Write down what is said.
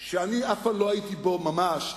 שאני אף פעם לא הייתי בו ממש,